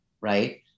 Right